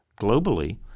globally